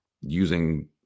using